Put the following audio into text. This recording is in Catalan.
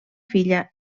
filla